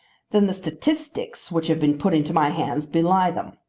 then the statistics which have been put into my hands belie them.